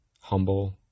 Humble